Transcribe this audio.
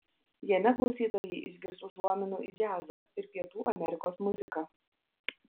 jame klausytojai išgirs užuominų į džiazą ir pietų amerikos muziką